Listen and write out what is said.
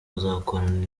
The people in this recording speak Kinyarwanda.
azakorana